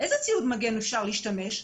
באיזה ציוד מגן אפשר להשתמש?